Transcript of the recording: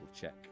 check